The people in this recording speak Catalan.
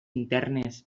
internes